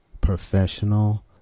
professional